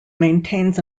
maintains